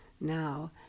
now